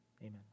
amen